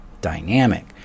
dynamic